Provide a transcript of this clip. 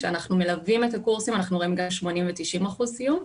כשאנחנו מלווים את הקורסים אנחנו רואים גם 80% ו-90% סיום.